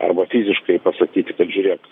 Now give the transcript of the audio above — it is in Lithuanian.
arba fiziškai pasakyti kad žiūrėk